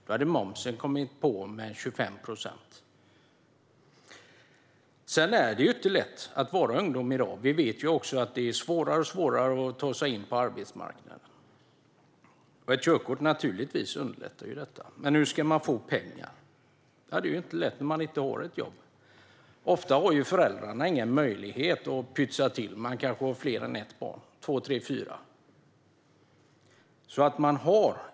Då hade momsen lagts på med 25 procent. Det är inte lätt att vara ung i dag. Vi vet också att det blir svårare och svårare att ta sig in på arbetsmarknaden. Ett körkort underlättar naturligtvis detta. Men hur ska man få pengar? Ja, det är inte lätt när man inte har ett jobb. Ofta har föräldrarna inte möjlighet att pytsa till. Det kan finnas fler än ett barn - två, tre eller fyra.